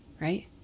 right